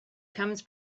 comes